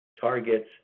targets